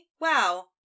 wow